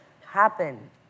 happen